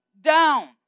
down